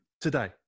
Today